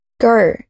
Go